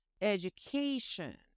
education